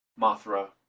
Mothra